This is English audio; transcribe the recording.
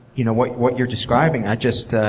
you know, what what you're describing. i just, ah